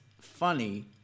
funny